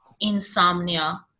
insomnia